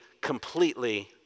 completely